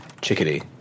chickadee